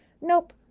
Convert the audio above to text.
Nope